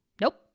nope